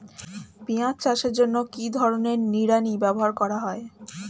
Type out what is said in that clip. পিঁয়াজ চাষের জন্য কি ধরনের নিড়ানি ব্যবহার করা হয়?